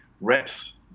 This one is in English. Reps